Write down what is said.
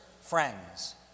friends